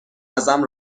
ازم